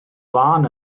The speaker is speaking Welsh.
fân